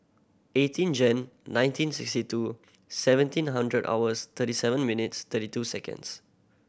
eighteen Jan nineteen sixty two seventeen hundred hours thirty seven minutes thirty two seconds